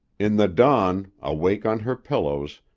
in the dawn, awake on her pillows,